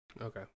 Okay